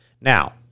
Now